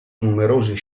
numerosi